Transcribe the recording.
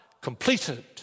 completed